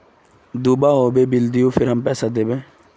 दूबा होबे बिल दियो फिर हम पैसा देबे?